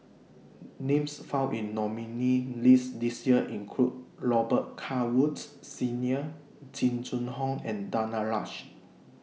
Names found in nominees' list This Year include Robet Carr Woods Senior Jing Jun Hong and Danaraj